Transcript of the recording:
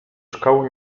szkoły